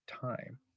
time